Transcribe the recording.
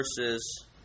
verses